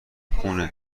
خون